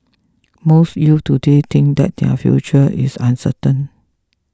most youths today think that their future is uncertain